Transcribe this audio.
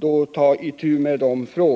Vi har i vår motion